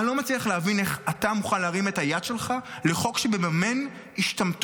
אני לא מצליח להבין איך אתה מוכן להרים את היד שלך לחוק שמממן השתמטות.